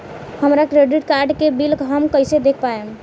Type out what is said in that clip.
हमरा credit card के bill हम कइसे देख पाएम?